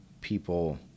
people